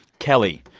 kelly,